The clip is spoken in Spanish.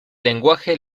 lenguaje